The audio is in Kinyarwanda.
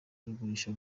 igurishwa